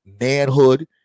manhood